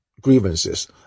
grievances